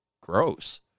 gross